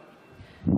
תודה.